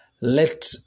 Let